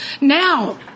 Now